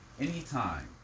Anytime